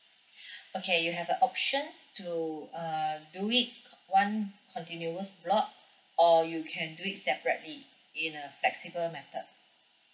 okay you have a options to uh do it one continuous block or you can do it separately in a flexible method